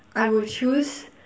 I will choose